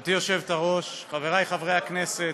גברתי היושבת-ראש, חברי חברי הכנסת,